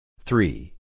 three